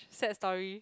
sad story